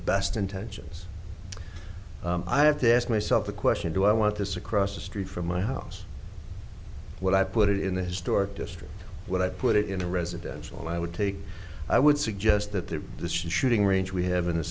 best intentions i have to ask myself the question do i want this across the street from my house what i put in the historic district what i put it into residential i would take i would suggest that the shooting range we have in a